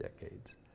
decades